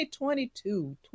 2022